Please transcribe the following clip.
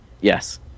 yes